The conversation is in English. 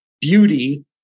beauty